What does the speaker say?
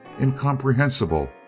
incomprehensible